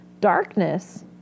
darkness